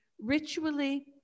ritually